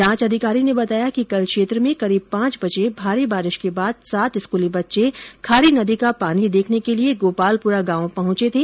जांच अधिकारी ने बताया कि कल क्षेत्र में करीब पांच बजे भारी बारिश के बाद सात स्कूली बच्चे खारी नदी का पानी देखने के लिए गोपालपुरा गांव में पहुंचे थे